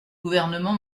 gouvernement